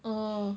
oh